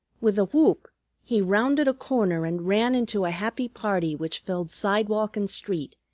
with a whoop he rounded a corner and ran into a happy party which filled sidewalk and street,